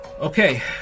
Okay